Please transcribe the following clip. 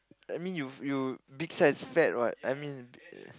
I mean you you big size fat what I mean